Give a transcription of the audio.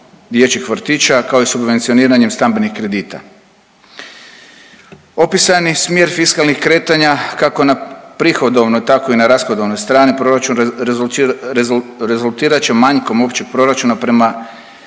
dječjih vrtića, kao i subvencioniranjem stambenih kredita. Opisani smjer fiskalnih kretanja kako na prihodovnoj tako i na rashodovnoj strani proračun rezultirat će manjkom općeg proračuna prema